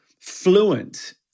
fluent